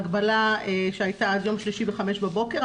ההגבלה שהייתה עד שלישי בחמש בבוקר,